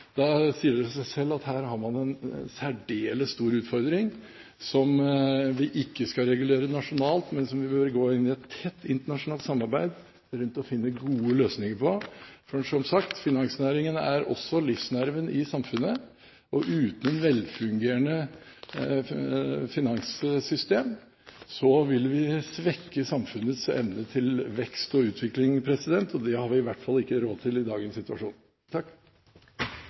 Da sier det seg selv at her har man en særdeles stor utfordring som vi ikke skal regulere nasjonalt, men som vi bør gå inn i et tett internasjonalt samarbeid om å finne gode løsninger på. For som sagt: Finansnæringen er også livsnerven i samfunnet, og uten et velfungerende finanssystem vil vi svekke samfunnets evne til vekst og utvikling. Det har vi i hvert fall ikke råd til i dagens situasjon.